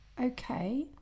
Okay